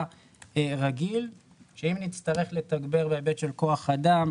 רגיל שאם נצטרך לתגבר בהיבט של כוח אדם,